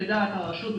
לדעת הרשות,